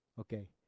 Okay